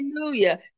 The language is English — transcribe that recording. Hallelujah